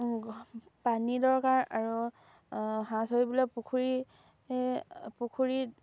পানী দৰকাৰ আৰু হাঁহ চৰিবলৈ পুখুৰী পুখুৰীত